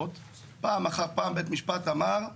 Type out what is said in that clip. פעם אחר פעם בית המשפט אמר,